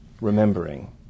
remembering